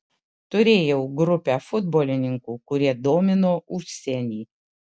turėjau grupę futbolininkų kurie domino užsienį